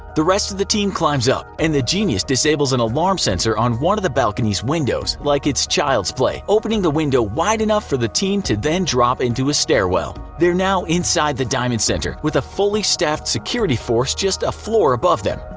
the rest of the team climbs up and the genius disable an alarm sensor on one of the balcony's windows like it's child's play, opening the window wide enough for the team to then drop into a stairwell. they're now inside the diamond center, with a fully staffed security force just a floor above them.